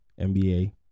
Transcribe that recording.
NBA